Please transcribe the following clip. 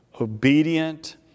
obedient